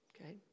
okay